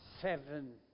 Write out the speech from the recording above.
seven